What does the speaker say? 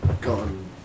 gone